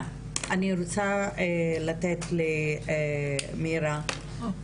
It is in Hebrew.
אני רוצה לתת למאירה את זכות הדיבור,